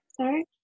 Sorry